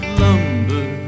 lumber